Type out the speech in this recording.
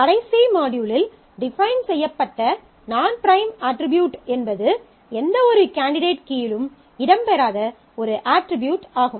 கடைசி மாட்யூலில் டிஃபைன் செய்யப்பட்ட நான் பிரைம் அட்ரிபியூட் என்பது எந்தவொரு கேண்டிடேட் கீயிலும் இடம் பெறாத ஒரு அட்ரிபியூட் ஆகும்